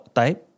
type